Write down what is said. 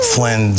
Flynn